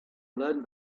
learned